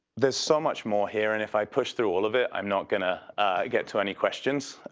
there's so much more here and if i push through all of it i'm not going to get to any questions.